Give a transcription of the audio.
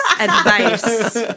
advice